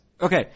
Okay